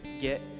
get